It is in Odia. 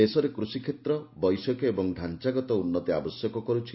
ଦେଶରେ କୃଷିକ୍ଷେତ୍ର ବୈଷୟିକ ଏବଂ ଢାଞାଗତ ଉନ୍ତି ଆବଶ୍ୟକ କରୁଛି